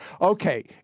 Okay